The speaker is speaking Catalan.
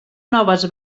noves